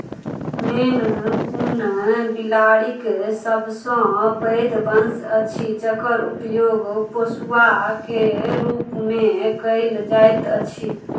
मेन कून बिलाड़िक सभसँ पैघ वंश अछि जकर उपयोग पोसुआके रूपमे कयल जाइत अछि